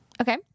Okay